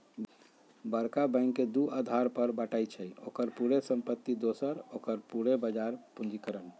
बरका बैंक के दू अधार पर बाटइ छइ, ओकर पूरे संपत्ति दोसर ओकर पूरे बजार पूंजीकरण